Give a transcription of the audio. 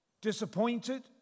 Disappointed